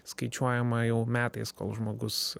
skaičiuojama jau metais kol žmogus